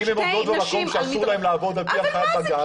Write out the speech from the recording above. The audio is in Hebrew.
אם הן עמדות במקום שאסור להם לעמוד על פי הנחיית בג"ץ.